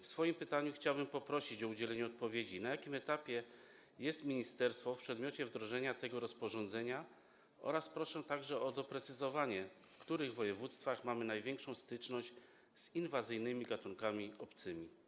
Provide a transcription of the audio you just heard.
W swoim pytaniu chciałbym poprosić o udzielnie odpowiedzi na pytanie, na jakim etapie jest ministerstwo w przedmiocie wdrożenia tego rozporządzenia, oraz proszę także o doprecyzowanie, w których województwach mamy największą styczność z inwazyjnymi gatunkami obcymi.